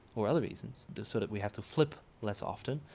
or other reasons, that sort of we have to flip less often?